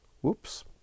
Whoops